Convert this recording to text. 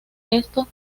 esto